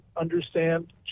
understand